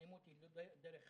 ושהאלימות היא לא דרך חיים,